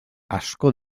asko